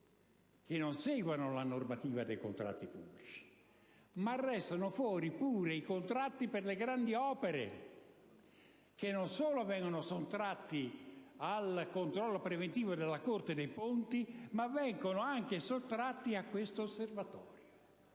che non seguono la normativa dei contratti pubblici. Restano fuori anche i contratti per le grandi opere, che non solo vengono sottratti al controllo preventivo della Corte dei conti, ma vengono anche sottratti a questo osservatorio.